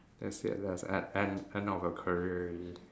that's it that's e~ end end of your career already